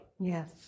Yes